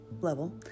level